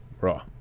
Raw